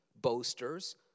boasters